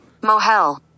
Mohel